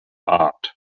art